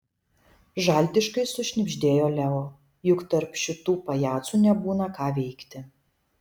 žaltiškai sušnibždėjo leo juk tarp šitų pajacų nebūna ką veikti